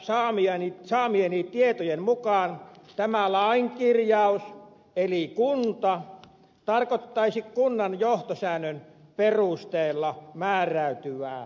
kuntaliitosta saamieni tietojen mukaan tämä lainkirjaus eli kunta tarkoittaisi kunnan johtosäännön perusteella määräytyvää tahoa